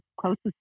closest